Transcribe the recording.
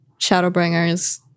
Shadowbringers